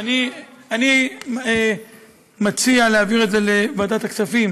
אני מציע להעביר את זה לוועדת הכספים,